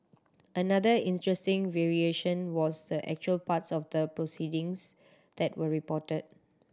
another interesting variation was the actual parts of the proceedings that were reported